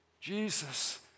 Jesus